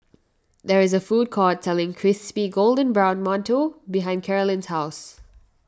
there is a food court selling Crispy Golden Brown Mantou behind Karolyn's house